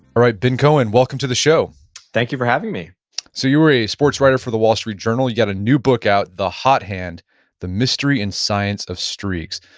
alright, ben cohen, welcome to the show thank you for having me so you're a sportswriter for the wall street journal, you got a new book out, the hot hand the mystery and science of streaks.